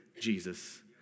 Jesus